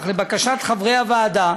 אך לבקשת חברי הוועדה